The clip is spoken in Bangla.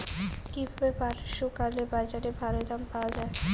কীভাবে পাট শুকোলে বাজারে ভালো দাম পাওয়া য়ায়?